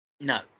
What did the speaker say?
No